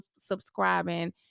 subscribing